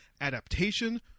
adaptation